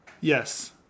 Yes